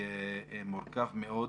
מורכב מאוד,